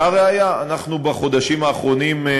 והראיה, בחודשים האחרונים,